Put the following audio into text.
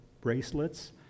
bracelets